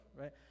right